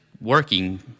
working –